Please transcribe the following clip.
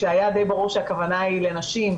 שהיה די ברור שהכוונה היא לנשים,